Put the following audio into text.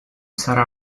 sarà